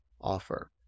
offer